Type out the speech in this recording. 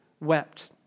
wept